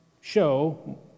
show